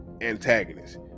antagonist